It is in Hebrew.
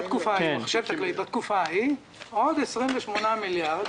בתקופה ההיא עוד 28 מיליארד